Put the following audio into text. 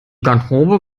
garderobe